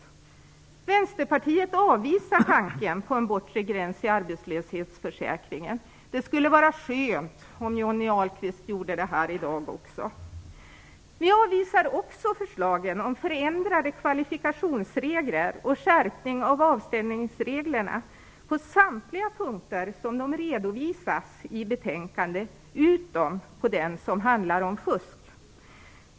Vänsterpartiet avvisar tanken på en bortre gräns i arbetslöshetsförsäkringen. Det skulle vara skönt om Johnny Ahlqvist också gjorde det här i dag. Vi avvisar också förslagen om förändrade kvalifikationsregler och skärpning av avstängningsreglerna på samtliga punkter som redovisas i betänkandet, utom på den punkt som handlar om fusk.